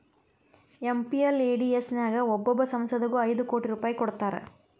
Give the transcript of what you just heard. MPLADS ನ್ಯಾಗ ಒಬ್ಬೊಬ್ಬ ಸಂಸದಗು ಐದು ಕೋಟಿ ರೂಪಾಯ್ ಕೊಡ್ತಾರಾ